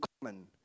common